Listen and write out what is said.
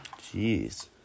Jeez